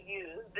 use